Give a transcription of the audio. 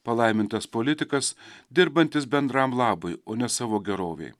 palaimintas politikas dirbantis bendram labui o ne savo gerovei